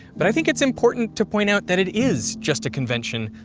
but i think it's important to point out that it is just a convention,